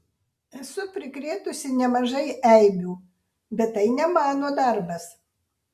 esu prikrėtusi nemažai eibių bet tai ne mano darbas